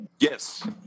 Yes